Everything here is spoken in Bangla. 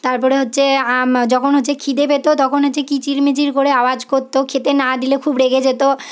তারপরে হচ্ছে যখন হচ্ছে খিদে পেত তখন হচ্ছে কিচিরমিচির করে আওয়াজ করত খেতে না দিলে খুব রেগে যেত